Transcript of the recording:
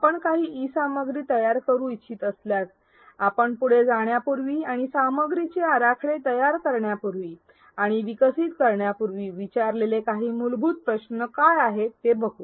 आपण काही ई सामग्री तयार करू इच्छित असल्यास आपण पुढे जाण्यापूर्वी आणि सामग्रीचे आराखडे तयार करण्यापूर्वी आणि विकसित करण्यापूर्वी विचारलेले काही मूलभूत प्रश्न काय आहेत ते बघू